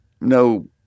no